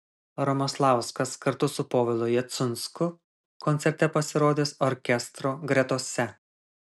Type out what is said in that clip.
romoslauskas kartu su povilu jacunsku koncerte pasirodys orkestro gretose